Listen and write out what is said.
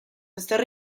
este